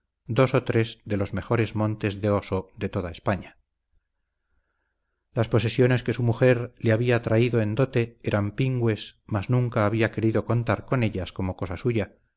dos o tres de los mejores montes de oso de toda españa las posesiones que su mujer le había traído en dote eran pingües mas nunca había querido contar con ellas como cosa suya